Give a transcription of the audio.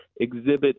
exhibit